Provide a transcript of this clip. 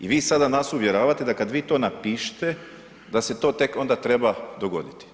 I vi sada nas uvjeravate da kada vi to napišete da se to tek onda treba dogoditi.